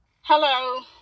hello